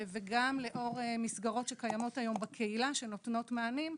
וגם לאור מסגרות שקיימות היום בקהילה שנותנות מענים,